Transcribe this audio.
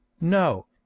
no